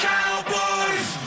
Cowboys